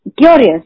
curious